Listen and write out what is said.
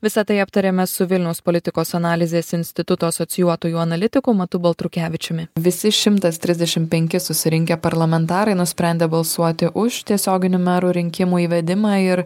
visa tai aptariame su vilniaus politikos analizės instituto asocijuotoju analitiku matu baltrukevičiumi visi šimtas trisdešim penki susirinkę parlamentarai nusprendė balsuoti už tiesioginių merų rinkimų įvedimą ir